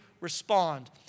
respond